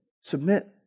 submit